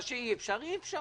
מה שלא, לא.